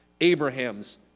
Abraham's